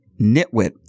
nitwit